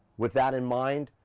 with that in mind,